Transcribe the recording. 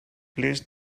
place